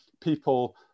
people